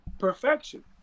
perfection